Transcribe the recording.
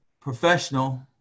professional